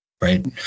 right